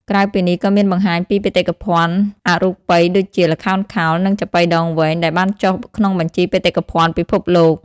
ក្រៅពីនេះ ក៏មានបង្ហាញពីបេតិកភណ្ឌអរូបីដូចជា ល្ខោនខោល និងចាប៉ីដងវែង ដែលបានចុះក្នុងបញ្ជីបេតិកភណ្ឌពិភពលោក។